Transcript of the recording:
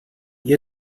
ihr